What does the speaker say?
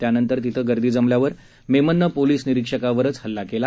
त्यानंतर तिथं गर्दी जमल्यावर मेमननं पोलीस निरिक्षकावर हल्ला केला